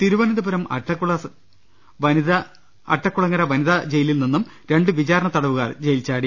തിരുവനന്തപുരം അട്ടക്കുളങ്ങര വനിതാ ജയിലിൽ നിന്നും രണ്ട് വിചാരണത്തടവുകാർ ജയിൽ ചാടി